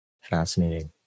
Fascinating